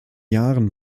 jahren